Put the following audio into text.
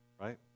right